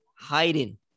Hiding